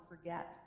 forget